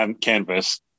canvas